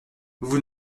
vous